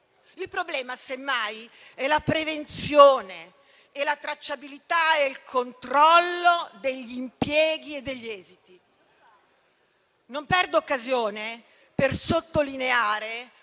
Il problema, semmai, sono la prevenzione, la tracciabilità e il controllo degli impieghi e degli esiti. Non perdo occasione per sottolineare